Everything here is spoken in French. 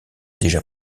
déjà